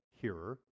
hearer